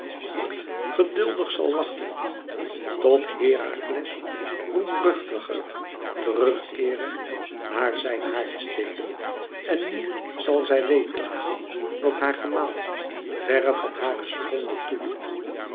geduldig zal wachten tot herakles roemruchtiger terug keere naar zijn haardsteden en niet zal zij weeklagen dat haar gemaal verre van hare sponde toeft